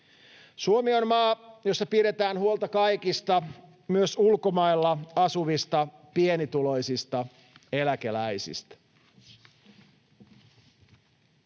Suomi on maa, jossa pidetään huolta kaikista, myös ulkomailla asuvista pienituloisista eläkeläisistä.